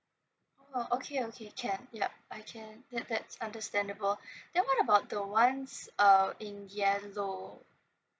oh okay okay clear yeah I can that that's understandable then what about the ones uh in yellow